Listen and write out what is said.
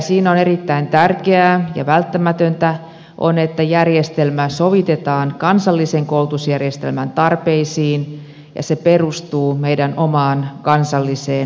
siinä on erittäin tärkeää ja välttämätöntä se että järjestelmä sovitetaan kansallisen koulutusjärjestelmän tarpeisiin ja se perustuu meidän omaan kansalliseen lainsäädäntöömme